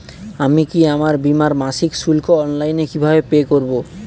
আমি কি আমার বীমার মাসিক শুল্ক অনলাইনে কিভাবে পে করব?